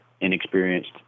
inexperienced